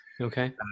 Okay